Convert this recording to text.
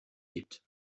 gibt